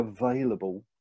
available